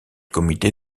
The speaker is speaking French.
comité